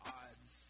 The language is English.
odds